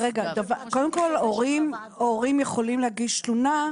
הורים יכולים להגיש תלונה.